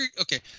Okay